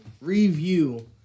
review